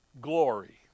Glory